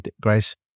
Grace